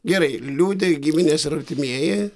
gerai liūdi giminės ir artimieji